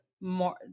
more